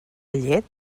llet